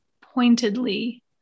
pointedly